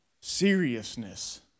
seriousness